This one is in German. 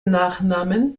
nachnamen